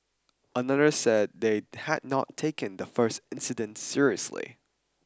another said they had not taken the first incident seriously